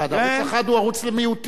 ערוץ-1 הוא ערוץ למיעוטים, כן.